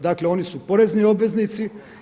Dakle, oni su porezni obveznici.